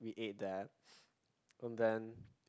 we ate that and then